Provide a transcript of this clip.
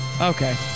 Okay